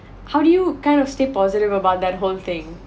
how do you kind of stay positive about that whole thing